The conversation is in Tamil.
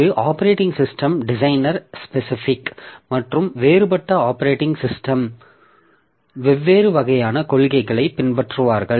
இது ஆப்பரேட்டிங் சிஸ்டம் டிசைநர் ஸ்பெசிபிக் மற்றும் வேறுபட்ட ஆப்பரேட்டிங் சிஸ்டம் வெவ்வேறு வகையான கொள்கைகளைப் பின்பற்றுவார்கள்